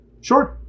Sure